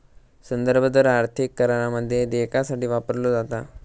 संदर्भ दर आर्थिक करारामध्ये देयकासाठी वापरलो जाता